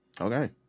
okay